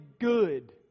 good